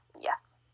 Yes